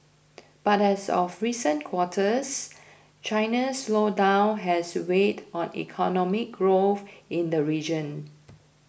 but as of recent quarters China's slowdown has weighed on economic growth in the region